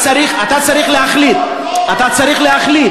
אני מבקש, במסגרת דקה, לא להיסחף.